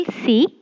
see